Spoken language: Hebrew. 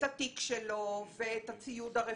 היא צריכה לקחת את התיק שלו, את הציוד הרפואי,